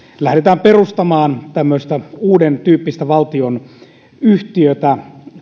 lähdetään perustamaan uudentyyppistä valtionyhtiötä